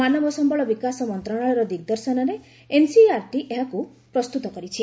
ମାନବ ସମ୍ଭଳ ବିକାଶ ମନ୍ତ୍ରଣାଳୟର ଦିଗଦର୍ଶନରେ ଏନ୍ସିଇଆର୍ଟି ଏହାକୁ ପ୍ରସ୍ତୁତ କରିଛି